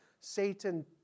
Satan